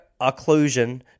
occlusion